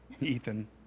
Ethan